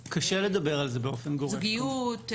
זוגיות,